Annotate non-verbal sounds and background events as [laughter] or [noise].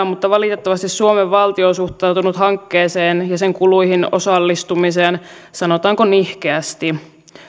[unintelligible] mutta valitettavasti suomen valtio on suhtautunut hankkeeseen ja sen kuluihin osallistumiseen sanotaanko nihkeästi